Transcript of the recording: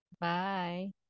bye